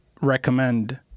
recommend